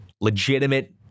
legitimate